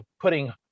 putting